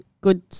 good